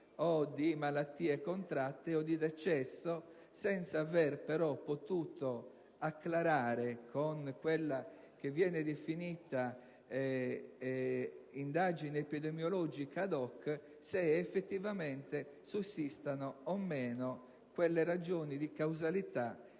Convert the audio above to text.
o di malattie contratte o di decessi, senza aver potuto acclarare, con quella che viene definita indagine epidemiologica *ad hoc*, se effettivamente sussistano o meno le ragioni di causalità